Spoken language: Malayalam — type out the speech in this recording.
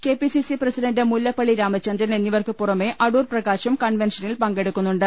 K P C C president Mullappally Ramachandran എന്നിവർക്കു പുറമെ അടൂർ പ്രകാശും കൺവൻഷനിൽ പങ്കെടുക്കുന്നുണ്ട്